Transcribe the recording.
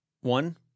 One